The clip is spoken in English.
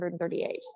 138